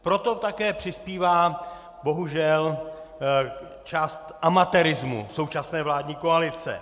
Proto také přispívá bohužel část amatérismu současné vládní koalice.